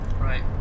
Right